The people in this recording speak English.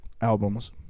albums